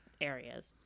areas